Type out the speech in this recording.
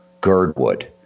Girdwood